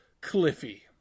Cliffy